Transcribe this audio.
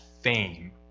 fame